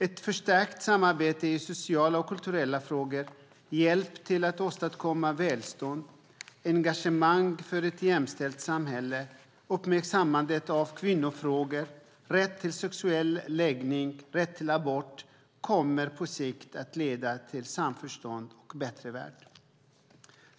Ett förstärkt samarbete i sociala och kulturella frågor, hjälp att åstadkomma välstånd, engagemang för ett jämställt samhälle, uppmärksammandet av kvinnofrågor, rätt till sexuell läggning och rätt till abort kommer på sikt att leda till samförstånd och en bättre värld.